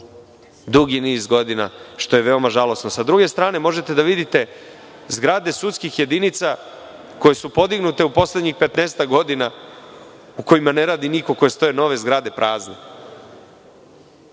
dugi niz godina, što je veoma žalosno.S druge strane, možete da vidite zgrade sudskih jedinica koje su podignute u poslednjih petnaestak godina u kojima ne radi niko, koje stoje nove zgrade prazne,